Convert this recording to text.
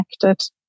connected